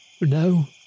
No